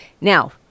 Now